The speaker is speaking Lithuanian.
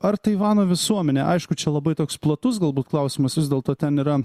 ar taivano visuomenė aišku čia labai toks platus galbūt klausimas vis dėlto ten yra